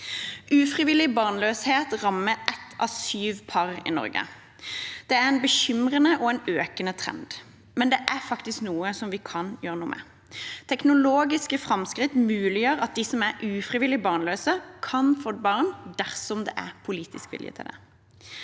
Ufrivillig barnløshet rammer ett av syv par i Norge. Det er en bekymrende og økende trend, men vi kan faktisk gjøre noe med dette. Teknologiske framskritt muliggjør at de som er ufrivillig barnløse, kan få barn dersom det er politisk vilje til det.